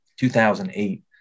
2008